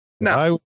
No